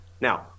Now